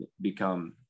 become